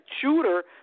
shooter